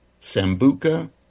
Sambuca